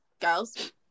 girls